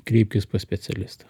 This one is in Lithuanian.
kreipkis pas specialistą